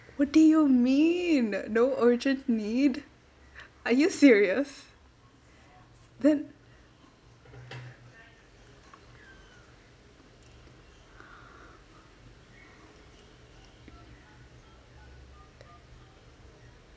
what do you mean no urgent need are you serious then